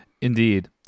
Indeed